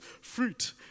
fruit